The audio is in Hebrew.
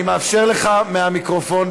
אני מאפשר לך מהמיקרופון.